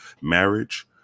marriage